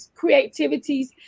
Creativities